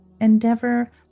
endeavor